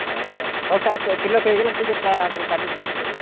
ହେଉ ହେଉ ସାର୍ ହେଉ ସାର୍ ଫିଲ୍ଅପ୍ ହୋଇଗଲେ ଟିକେଟ୍ ଆମକୁ କାଟି ଦିଅନ୍ତୁ